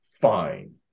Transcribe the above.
fine